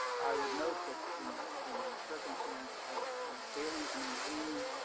i would note that in the in the circumstance of failing to maintain